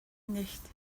nicht